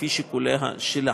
לפי שיקוליה שלה.